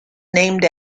named